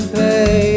pay